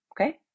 Okay